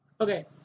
Okay